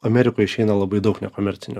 amerikoj išeina labai daug nekomercinio